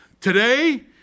Today